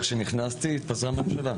החשוב הזה,